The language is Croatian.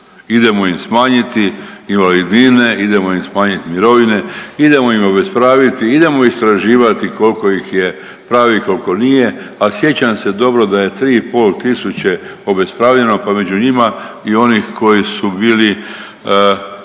Idemo im smanjiti invalidnine, idemo im smanjiti mirovine, idemo im obespraviti, idemo istraživati koliko ih pravih, koliko nije, a sjećam se dobro da je 3500 obespravljeno, pa među njima i onih koji su bili